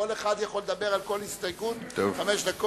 כל אחד יכול לדבר על כל הסתייגות חמש דקות,